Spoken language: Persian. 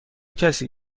کسی